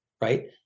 right